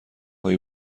هایی